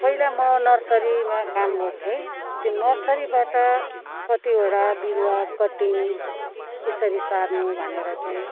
पहिला म नर्सरीमा काम गर्थेँ त्यो नर्सरीबाट कतिवटा बिरुवा कटिङ यसरी सार्नु भनेर चाहिँ